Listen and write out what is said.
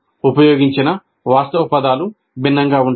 ఉపయోగించిన వాస్తవ పదాలు భిన్నంగా ఉంటాయి